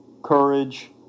courage